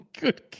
Good